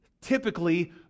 typically